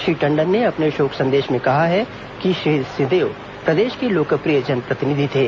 श्री टंडन ने अपने शोक संदेश में कहा है कि श्री सिंहदेव प्रदेश को लोकप्रिय जनप्रतिनिधि थे